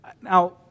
Now